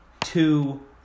two